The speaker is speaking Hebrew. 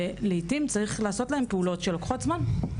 ולעיתים צריך לעשות להן פעולות שלוקחות זמן.